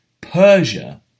Persia